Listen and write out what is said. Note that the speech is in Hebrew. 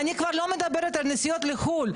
אני כבר לא מדברת על נסיעות לחו"ל.